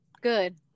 good